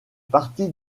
partie